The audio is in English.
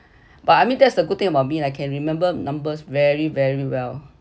but I mean that's the good thing about me I can remember numbers very very well